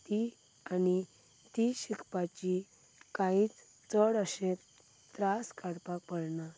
ती आनी ती शिकपाची कांयच चड अशें त्रास काडपाक पडना